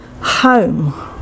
home